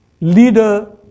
leader